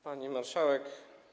Pani Marszałek!